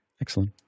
Excellent